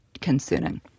concerning